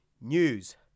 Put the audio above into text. News